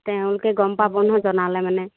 তেওঁলোকে গম পাব নহয় জনালে মানে